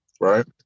right